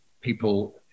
people